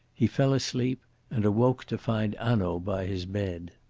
he fell asleep and awoke to find hanaud by his bed.